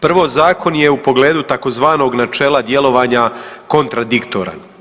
Prvo, zakon je u pogledu tzv. načela djelovanja kontradiktoran.